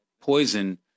poison